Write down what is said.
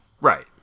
Right